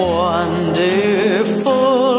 wonderful